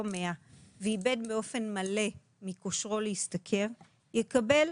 100% ואיבד באופן מלא מכושרו להשתכר יקבל,